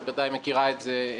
את בוודאי מכירה את זה.